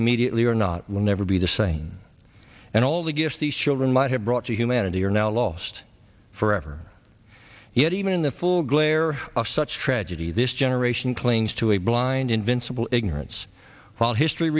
immediately or not will never be the same and all the gifts these children might have brought to humanity are now lost forever yet even in the full glare of such tragedy this generation clings to a blind invincible ignorance while history